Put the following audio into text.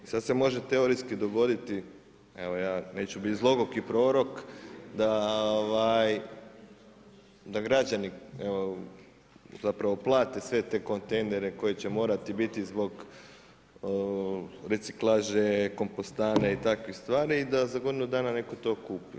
Sada se može teorijski dogoditi, evo ja neću biti zloguki prorok da građani plate sve te kontejnere koji će morati biti zbog reciklaže, kompostane i takvih stvari, da za godinu dana neko to kupi.